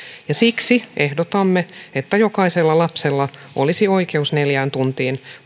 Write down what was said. ja siksi ehdotamme että jokaisella lapsella olisi oikeus neljään tuntiin